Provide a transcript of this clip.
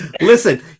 Listen